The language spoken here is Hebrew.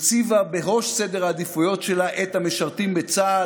הציבה בראש סדר העדיפויות שלה את המשרתים בצה"ל,